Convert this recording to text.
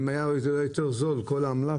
אם העמלה,